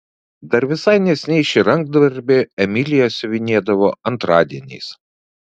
dar visai neseniai šį rankdarbį emilija siuvinėdavo antradieniais